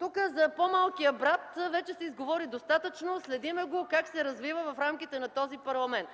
Тук за по-малкия брат вече се изговори достатъчно, следим го как се развива в рамките на този парламент.